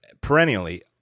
perennially